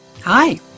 Hi